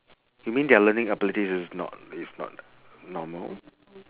you mean their learning ability is not is not normal